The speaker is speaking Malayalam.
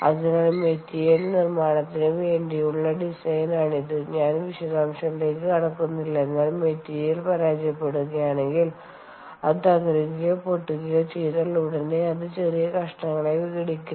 അതിനാൽ മെറ്റീരിയൽ നിർമ്മാണത്തിനും വേണ്ടിയുള്ള ഡിസൈൻ ആണ് ഇത് ഞാൻ വിശദാംശങ്ങളിലേക്ക് കടക്കുന്നില്ല എന്നാൽ മെറ്റീരിയൽ പരാജയപ്പെടുകയാണെങ്കിൽ അത് തകരുകയോ പൊട്ടുകയോ ചെയ്താൽ ഉടനെ അത് ചെറിയ കഷണങ്ങളായി വിഘടിക്കുന്നു